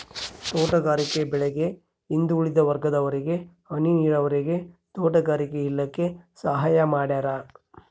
ತೋಟಗಾರಿಕೆ ಬೆಳೆಗೆ ಹಿಂದುಳಿದ ವರ್ಗದವರಿಗೆ ಹನಿ ನೀರಾವರಿಗೆ ತೋಟಗಾರಿಕೆ ಇಲಾಖೆ ಸಹಾಯ ಮಾಡ್ಯಾರ